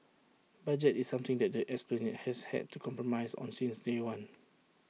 budget is something that the esplanade has had to compromise on since day one